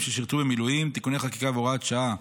ששירתו במילואים (תיקוני חקיקה והוראת שעה),